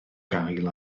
gael